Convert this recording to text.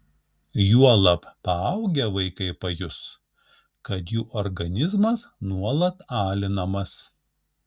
juolab paaugę vaikai pajus kad jų organizmas nuolat alinamas